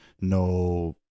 No